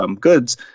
goods